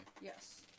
Yes